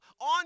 on